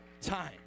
time